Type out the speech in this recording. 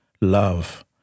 love